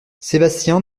sébastien